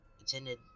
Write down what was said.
attended